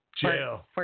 jail